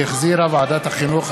שהחזירה ועדת החינוך,